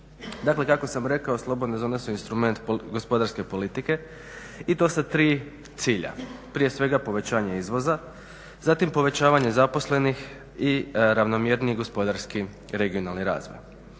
Dakle, kako sam rekao slobodne zone su instrument gospodarske politike i to sa tri cilja. Prije svega povećanje izvoza, zatim povećavanje zaposlenih i ravnomjerniji gospodarski regionalni razvoj.